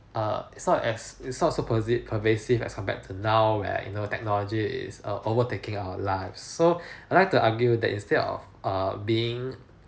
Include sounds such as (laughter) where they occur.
err it's not as it's not supposite pervasive as come back to now where you know technology is uh overtaking our life so (breath) I'd like to argue that instead of err being